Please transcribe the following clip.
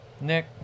Nick